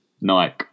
Nike